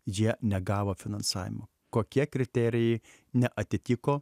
jie negavo finansavimo kokie kriterijai neatitiko